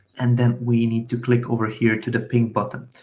and then we need to click over here to the pink button.